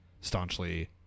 staunchly